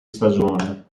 stagione